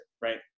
right